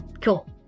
Cool